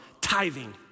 tithing